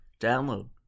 Download